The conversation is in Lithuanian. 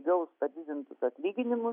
gaus padidintus atlyginimus